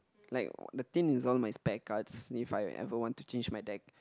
like the tin is all my spare cards if I ever want to change my deck